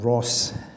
Ross